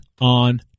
on